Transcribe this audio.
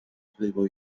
playboy